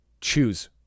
choose